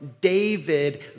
David